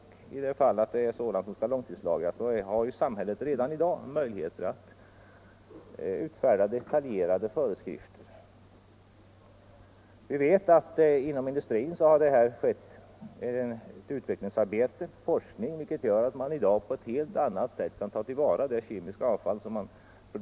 I de fall då sådant avfall skall långtidslagras har samhället redan i dag möjligheter att utfärda detaljerade föreskrifter. Vi vet att inom industrin har det på detta område skett ett utvecklingsarbete och en forskning som gjort det möjligt att numera på ett helt annat sätt än tidigare ta till vara det kemiska avfall som uppstår.